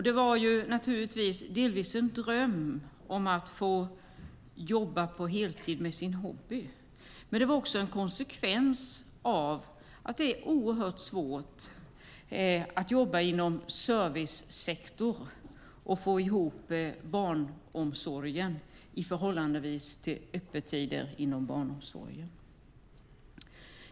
Det var delvis en dröm om att få jobba på heltid med sin hobby. Men det var också en konsekvens av att det är oerhört svårt att jobba inom servicesektorn och få ihop barnomsorgen i förhållande till öppettiderna inom barnomsorgen.